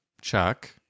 Chuck